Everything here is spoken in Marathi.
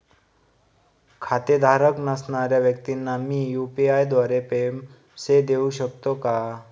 खातेधारक नसणाऱ्या व्यक्तींना मी यू.पी.आय द्वारे पैसे देऊ शकतो का?